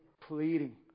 pleading